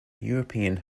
european